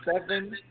seven